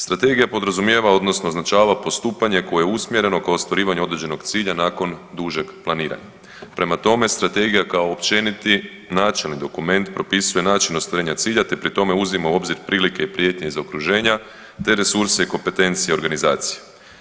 Strategija podrazumijeva odnosno označava postupanje koje je usmjereno k ostvarivanju određenog cilja nakon dužeg planiranja, prema tome strategija kao općeniti načelni dokument propisuje način ostvarenja cilja te pri tome uzima u obzir prilike i prijetnje iz okruženja te resurse i kompetencije organizacije.